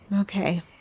okay